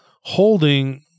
holding